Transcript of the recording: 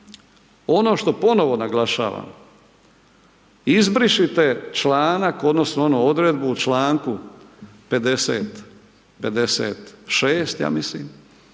Ono što ponovo naglašavam, izbrišite članak odnosno onu odredbu u članku 56., ja mislim,